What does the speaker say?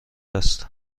است